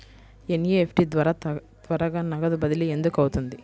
NEFT ద్వారా త్వరగా నగదు బదిలీ ఎందుకు అవుతుంది?